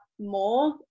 more